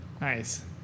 Nice